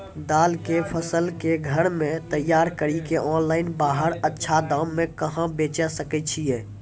दाल के फसल के घर मे तैयार कड़ी के ऑनलाइन बाहर अच्छा दाम मे कहाँ बेचे सकय छियै?